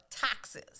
taxes